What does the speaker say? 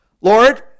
Lord